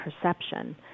perception